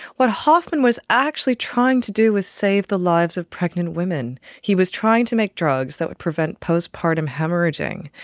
what hofmann was actually trying to do was save the lives of pregnant women. he was trying to make drugs that would prevent postpartum haemorrhaging.